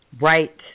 Right